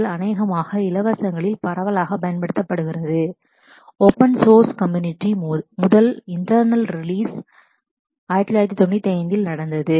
MySQL அநேகமாக இலவசங்களில் பரவலாகப் பயன்படுத்தப்படுகிறது ஓபன் சௌர்ஸ் கம்ம்யூனிட்டி முதல் இன்டெர்னல் ரிலீஸ் 1995 இல் நடந்தது